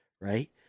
Right